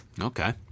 Okay